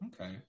okay